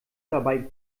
dabei